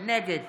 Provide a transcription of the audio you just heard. נגד